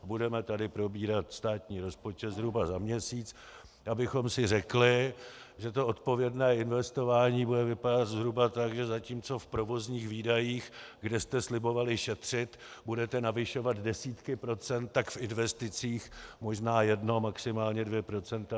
Budeme tady probírat státní rozpočet zhruba za měsíc, tak abychom si řekli, že to odpovědné investování bude vypadat zhruba tak, že zatímco v provozních výdajích, kde jste slibovali šetřit, budete navyšovat desítky procent, tak v investicích možná jedno, maximálně dvě procenta.